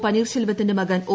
പനീർശെൽവത്തിന്റെ മകൻ ഒ